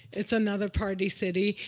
it's another party city.